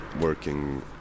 working